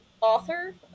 author